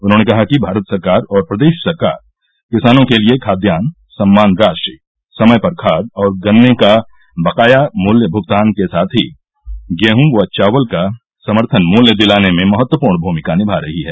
उन्होंने कहा कि भारत सरकार और प्रदेश सरकार किसानों के लिए खाद्यान्न सम्मान राशि समय पर खाद और गन्ने का बकाया मूल्य भुगतान के साथ ही गेहूं व चावल का समर्थन मूल्य दिलाने में महत्वपूर्ण भूमिका निभा रही है